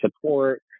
support